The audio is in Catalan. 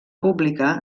pública